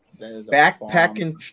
Backpacking